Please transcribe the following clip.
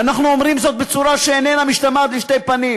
ואנחנו אומרים זאת בצורה שאיננה משתמעת לשני פנים: